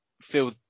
feel